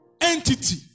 entity